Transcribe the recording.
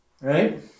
Right